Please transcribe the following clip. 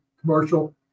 commercial